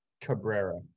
Cabrera